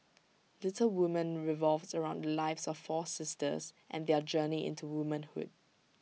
Little Woman revolves around the lives of four sisters and their journey into womanhood